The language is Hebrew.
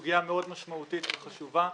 סוגיה משמעותית מאוד וחשובה,